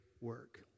work